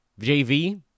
JV